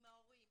עם ההורים,